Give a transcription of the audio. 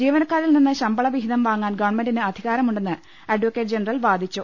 ജീവ ന ക്കാരിൽ നിന്ന് ശമ്പളവിഹിതം വാങ്ങാൻ ഗവൺമെന്റിന് അധികാരമുണ്ടെന്ന് അഡക്കറ്റ് ജനറൽ വാദിച്ചു